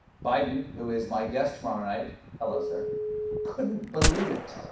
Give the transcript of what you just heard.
biden, who is my guest tomorrow night hello, sir couldn't believe it.